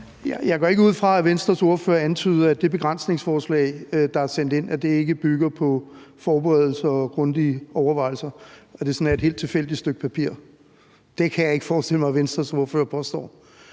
Jeg går ikke ud fra, at Venstres ordfører antyder, at det begrænsningsforslag, der er sendt ind, ikke bygger på forberedelser og grundige overvejelser, altså at det sådan er et helt tilfældigt stykke papir. Det kan jeg ikke forestille mig at Venstres ordfører påstår.